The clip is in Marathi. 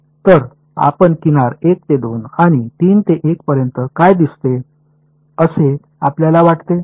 तर आपण किनार 1 2 आणि 3 1 पर्यंत काय दिसते असे आपल्याला वाटते